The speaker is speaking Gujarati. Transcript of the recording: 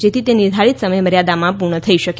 જેથી તે નિર્ધારીત સમયમર્યાદામાં પૂર્ણ થઇ શકે